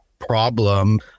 problem